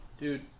dude